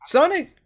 Sonic